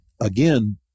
again